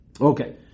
Okay